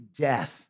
death